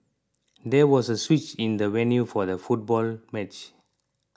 there was a switch in the venue for the football match